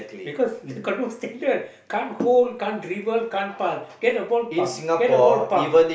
because they got no standard can't hold can't dribble can't pass get a ball pump get a ball pump